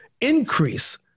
increase